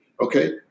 okay